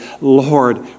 Lord